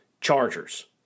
Chargers